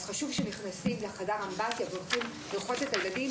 אזי חשוב שכשנכנסים לחדר האמבטיה והולכים לרחוץ את הילדים,